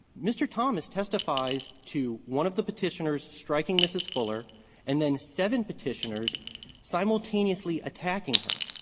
mr. thomas testifies to one of the petitioners striking mrs. fuller and then seven petitioners simultaneously attacking her.